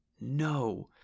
No